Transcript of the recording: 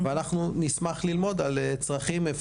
ואנחנו נשמח ללמוד על צרכים.